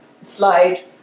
slide